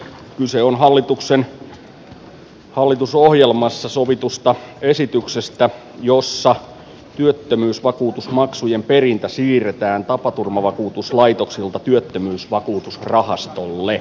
kyse on hallitusohjelmassa sovitusta esityksestä jossa työttömyysvakuutusmaksujen perintä siirretään tapaturmavakuutuslaitoksilta työttömyysvakuutusrahastolle